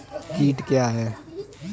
कीट क्या है?